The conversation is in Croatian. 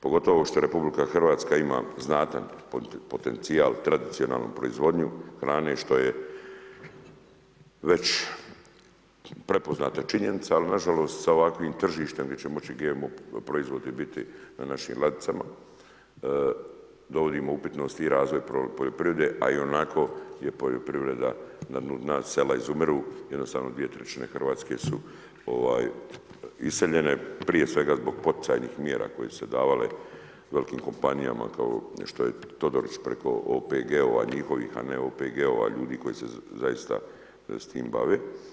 Pogotovo što RH ima znatan potencijal, tradicionalnu proizvodnju hrane što je već prepoznata činjenica ali nažalost sa ovakvim tržištem gdje će moći GMO proizvodi biti na našim ladicama dovodimo u upit i razvoj poljoprivrede a ionako je poljoprivreda na dnu dna, sela izumiru, jednostavno 2/3 Hrvatske su iseljene prije svega zbog poticajnih mjera koje su se davale velikim kompanijama kao što je Todorić preko OPG-ova njihovih a ne OPG-ova ljudi koji se zaista s tim bave.